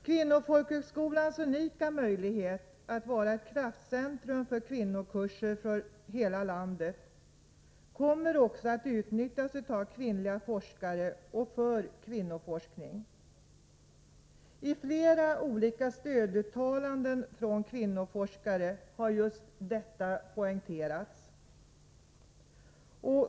Kvinnofolkhögskolans unika möjlighet att vara ett kraftcentrum för kvinnokurser för hela landet kommer också att utnyttjas av kvinnliga forskare och för kvinnoforskning. I flera olika stöduttalanden från kvinnoforskare har just detta poängterats.